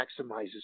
maximizes